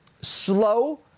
slow